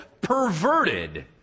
perverted